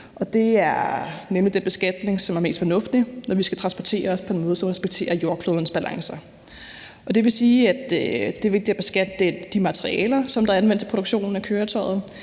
Det er nemlig den beskatning, som er mest fornuftig, når vi skal transportere os på en måde, som respekterer jordklodens balancer, og det vil sige, at det er vigtigt at beskatte de materialer, der er anvendt til produktionen af køretøjet,